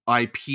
IP